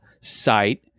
site